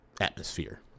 atmosphere